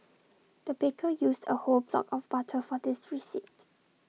the baker used A whole block of butter for this recipe